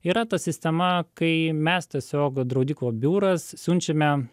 yra ta sistema kai mes tiesiog draudikų biuras siunčiame